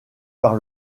par